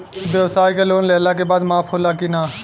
ब्यवसाय के लोन लेहला के बाद माफ़ होला की ना?